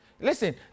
listen